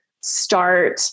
start